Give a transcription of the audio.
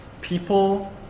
people